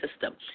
system